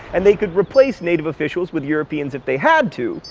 and they could replace native officials with europeans if they had to.